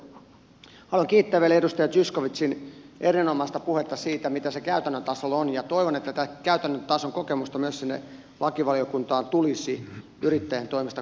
haluan kiittää vielä edustaja zyskowiczia erinomaisesta puheesta siitä mitä se käytännön tasolla on ja toivon että tätä käytännön tason kokemusta myös sinne lakivaliokuntaan tulisi yrittäjien toimesta kuultavaksi